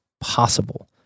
possible